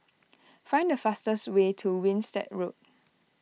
find the fastest way to Winstedt Road